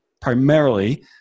primarily